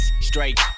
Straight